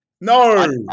No